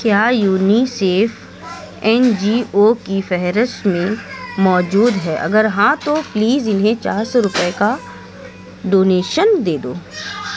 کیا UNICEF N G O کی فہرست میں موجود ہے اگر ہاں تو پلیز انہیں چار سو روپے کا ڈونیشن دے دو